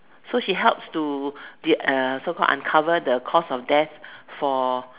so he's help to uh so called uncover the cause of deaths for